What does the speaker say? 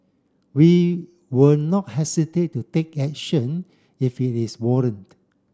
we will not hesitate to take action if it is warrant